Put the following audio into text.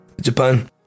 Japan